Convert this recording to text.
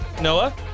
Noah